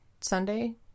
Sunday